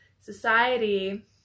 society